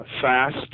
fast